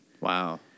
Wow